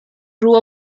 grew